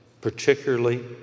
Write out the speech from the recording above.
particularly